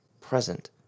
present